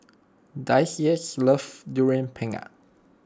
Daisye loves Durian Pengat